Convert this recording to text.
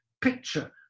picture